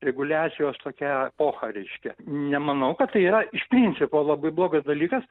reguliacijos tokią epochą reiškia nemanau kad tai yra iš principo labai blogas dalykas